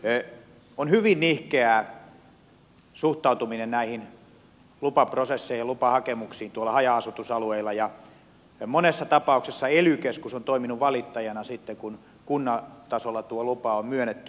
suhtautuminen on hyvin nihkeää näihin lupaprosesseihin ja lupahakemuksiin tuolla haja asutusalueilla ja monessa tapauksessa ely keskus on toiminut valittajana sitten kun kunnan tasolla tuo lupa on myönnetty